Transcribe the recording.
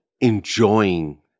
enjoying